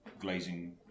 glazing